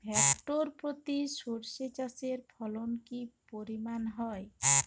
Hectare প্রতি সর্ষে চাষের ফলন কি পরিমাণ হয়?